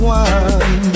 one